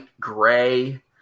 gray